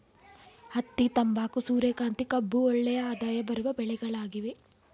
ಹತ್ತಿ, ತಂಬಾಕು, ಸೂರ್ಯಕಾಂತಿ, ಕಬ್ಬು ಒಳ್ಳೆಯ ಆದಾಯ ಬರುವ ಬೆಳೆಗಳಾಗಿವೆ